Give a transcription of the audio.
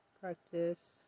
practice